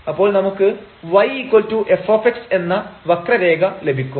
അപ്പോൾ നമുക്ക് y fഎന്ന വക്രരേഖ ലഭിക്കും